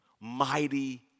mighty